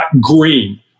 green